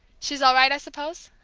she's all right, i suppose?